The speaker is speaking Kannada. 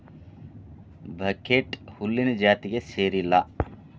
ಬಕ್ಹ್ಟೇಟ್ ಹುಲ್ಲಿನ ಜಾತಿಗೆ ಸೇರಿಲ್ಲಾ